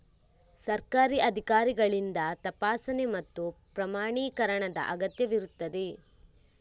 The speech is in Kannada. ಸರ್ಕಾರಿ ಅಧಿಕಾರಿಗಳಿಂದ ತಪಾಸಣೆ ಮತ್ತು ಪ್ರಮಾಣೀಕರಣದ ಅಗತ್ಯವಿರುತ್ತದೆ